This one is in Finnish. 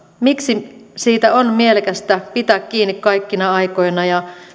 miksi siitä on mielekästä pitää kiinni kaikkina aikoina ja